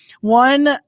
one